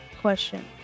question